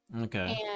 okay